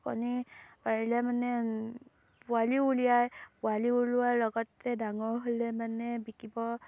কণী পাৰিলে মানে পোৱালিও উলিয়াই পোৱালি ওলোৱাৰ লগতে ডাঙৰ হ'লে মানে বিকিব